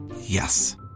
Yes